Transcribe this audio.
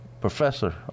professor